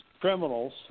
criminals